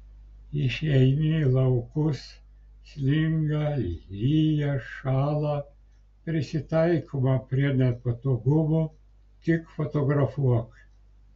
išeini į laukus sninga lyja šąla prisitaikoma prie nepatogumų tik fotografuok